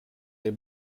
les